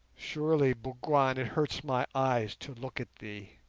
surely, bougwan, it hurts my eyes to look at thee